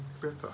better